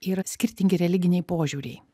yra skirtingi religiniai požiūriai